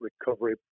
recovery